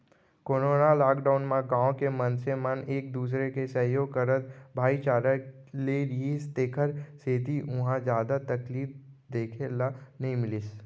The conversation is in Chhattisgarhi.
कोरोना लॉकडाउन म गाँव के मनसे मन एक दूसर के सहयोग करत भाईचारा ले रिहिस तेखर सेती उहाँ जादा तकलीफ देखे ल नइ मिलिस